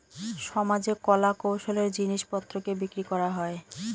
সমাজে কলা কৌশলের জিনিস পত্রকে বিক্রি করা হয়